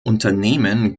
unternehmen